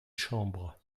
chambre